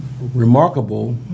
remarkable